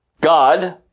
God